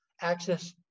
access